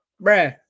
Bro